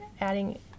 adding